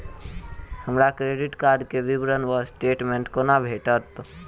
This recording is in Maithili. हमरा क्रेडिट कार्ड केँ विवरण वा स्टेटमेंट कोना भेटत?